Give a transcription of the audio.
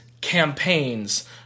campaigns